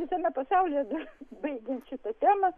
visame pasaulyje dar baigiant šitą temą